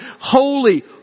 Holy